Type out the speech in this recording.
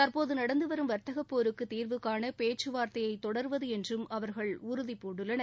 தற்போது நடந்து வரும் வர்த்தக போருக்கு தீர்வு காண பேச்சுவார்த்தையை தொடர்வது என்றும் அவர்கள் உறுதி பூண்டுள்ளனர்